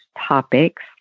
topics